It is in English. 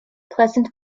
pleasant